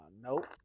nope